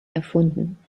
erfunden